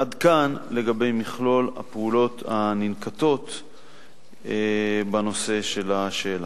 עד כאן לגבי מכלול הפעולות הננקטות בנושא של השאלה.